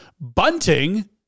Bunting